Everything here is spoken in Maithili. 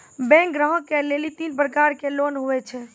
बैंक ग्राहक के लेली तीन प्रकर के लोन हुए छै?